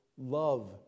love